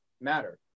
matter